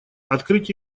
открыть